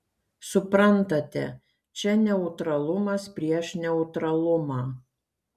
suprantate čia neutralumas prieš neutralumą